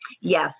Yes